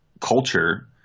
culture